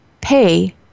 pay